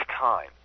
time